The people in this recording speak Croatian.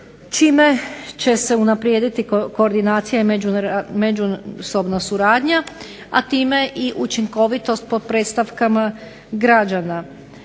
čime se će unaprijediti i međusobna suradnja, a time i učinkovitost pod predstavkama građana.